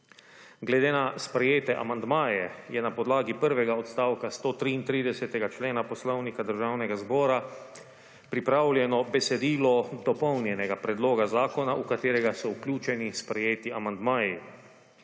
Glede na sprejete amandmaje je na podlagi prvega odstavka 133. člena Poslovnika Državnega zbora pripravljeno besedilo dopolnjenega predloga zakona, v katerega so vključeni sprejeti amandmaji.